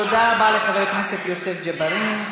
תודה רבה לחבר הכנסת יוסף ג'בארין.